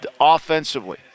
offensively